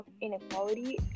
inequality